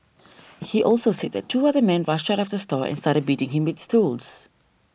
he also said that two other men rushed out of the store and started beating him with stools